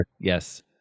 Yes